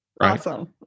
Awesome